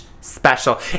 special